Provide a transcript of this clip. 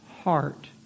heart